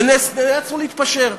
ונאלצנו להתפשר.